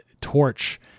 torch